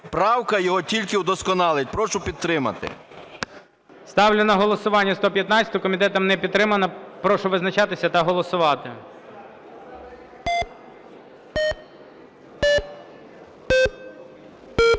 Правка його тільки удосконалить. Прошу підтримати. ГОЛОВУЮЧИЙ. Ставлю на голосування 115-у. Комітетом не підтримана. Прошу визначатися та голосувати.